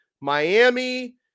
Miami